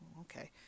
okay